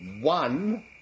one